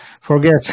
forget